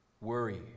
worry